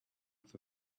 for